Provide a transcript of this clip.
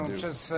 przez